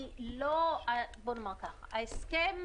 ההסכם